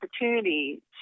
opportunity